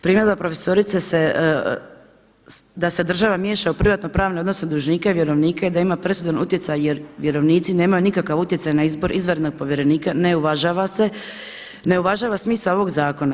Primjedba profesorice da se država miješa u privatno pravne odnose dužnika i vjerovnika i da ima presudan utjecaj jer vjerovnici nemaju nikakav utjecaj na izbor izvanrednog povjerenika ne uvažava se, ne uvažava smisao ovog zakona.